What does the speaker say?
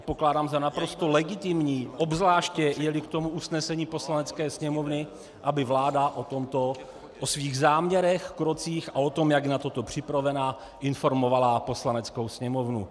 Pokládám za naprosto legitimní, obzvláště jeli k tomu usnesení Poslanecké sněmovny, aby vláda o svých záměrech, krocích a o tom, jak je na toto připravena, informovala Poslaneckou sněmovnu.